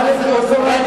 זול.